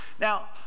Now